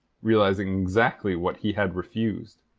realizing exactly what he had refused.